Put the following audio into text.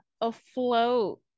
afloat